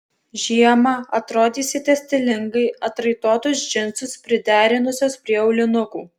žiemą atrodysite stilingai atraitotus džinsus priderinusios prie aulinukų